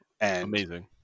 Amazing